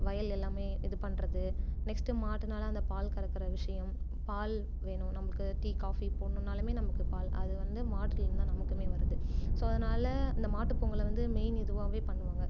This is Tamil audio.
வயல் எல்லாமே இது பண்ணுறது நெஸ்ட்டு மாட்டுனால அந்த பால் கறக்கிற விஷயம் பால் வேணும் நம்மக்கு டீ காபி போடுன்னாலுமே நம்மளுக்கு பால் அது வந்து மாடுலேந்து தான் நம்மளுக்குமே வருது ஸோ அதனால இந்த மாட்டு பொங்கலை வந்து மெயின் இதுவாகவே பண்ணுவாங்க